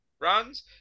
runs